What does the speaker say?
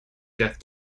death